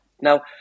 Now